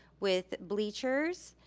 with bleachers,